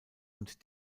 und